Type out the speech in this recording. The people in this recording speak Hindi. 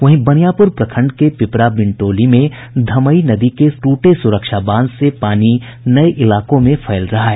वहीं बनियापुर प्रखंड के पिपरा बिन टोली में धमई नदी के ट्रे सुरक्षा बांध से पानी नये इलाकों में फैल रहा है